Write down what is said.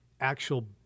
actual